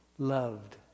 Loved